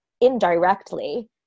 indirectly